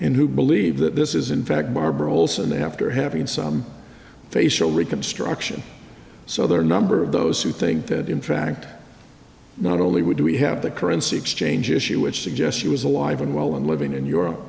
and who believe that this is in fact barbara olson after having some facial reconstruction so there are number of those who think that in fact not only would we have the currency exchange issue which suggests she was alive and well and living in europe